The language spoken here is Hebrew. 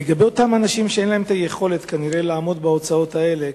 לגבי אותם אנשים שאין להם יכולת כנראה לעמוד בהוצאות האלה?